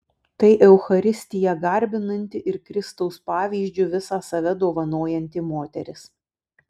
tai eucharistiją garbinanti ir kristaus pavyzdžiu visą save dovanojanti moteris